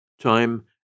Time